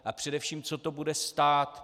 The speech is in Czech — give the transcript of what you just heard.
A především, co to bude stát?